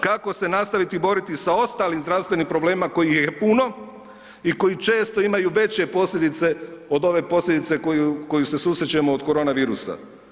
Kako se nastaviti boriti sa ostalim zdravstvenim problemima kojih je puno i koji često imaju veće posljedice od ove posljedice koju se susrećemo od korona virusa.